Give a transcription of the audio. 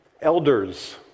Elders